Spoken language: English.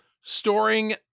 Storing